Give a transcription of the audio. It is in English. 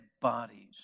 bodies